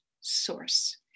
source